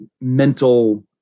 mental